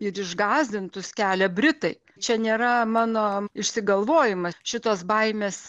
ir išgąsdintus kelia britai čia nėra mano išsigalvojima šitos baimės